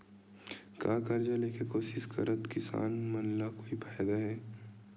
का कर्जा ले के कोशिश करात किसान मन ला कोई फायदा हे?